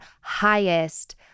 highest